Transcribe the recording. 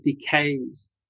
decays